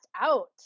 out